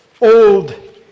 old